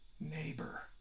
neighbor